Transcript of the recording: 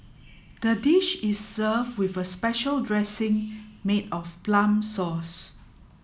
the dish is served with a special dressing made of plum sauce